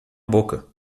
boca